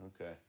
Okay